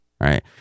Right